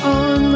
on